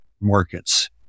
markets